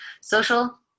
social